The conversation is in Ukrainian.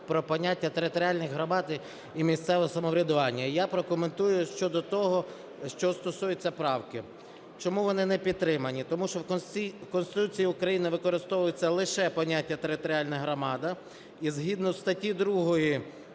про поняття територіальної громади і місцевого самоврядування. Я прокоментую щодо того, що стосується правки. Чому вони не підтримані? Тому що в Конституції України використовується лише поняття "територіальна громада", і згідно статті 2